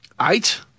Eight